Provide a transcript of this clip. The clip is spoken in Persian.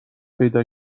پیدا